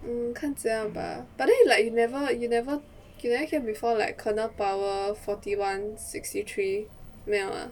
mm 看怎么样 bah but then you like you never you never hear before like kernel power forty one sixty three 没有 ah